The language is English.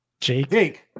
Jake